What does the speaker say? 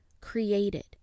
created